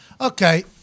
Okay